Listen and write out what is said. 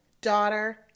daughter